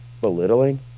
belittling